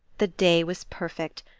the day was perfect.